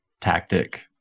tactic